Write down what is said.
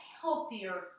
healthier